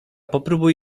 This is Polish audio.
popróbuj